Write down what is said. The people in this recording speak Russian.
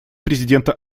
президента